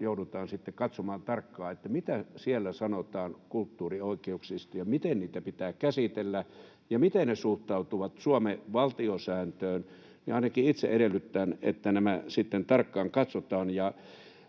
joudutaan sitten katsomaan tarkkaan: mitä siellä sanotaan kulttuurioikeuksista, ja miten niitä pitää käsitellä, ja miten ne suhtautuvat Suomen valtiosääntöön. Ainakin itse edellytän, että nämä sitten tarkkaan katsotaan.